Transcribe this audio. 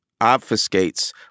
obfuscates